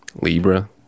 Libra